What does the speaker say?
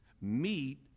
meet